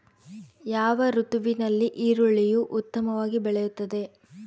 ಯಾವ ಋತುವಿನಲ್ಲಿ ಈರುಳ್ಳಿಯು ಉತ್ತಮವಾಗಿ ಬೆಳೆಯುತ್ತದೆ?